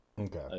Okay